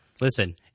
Listen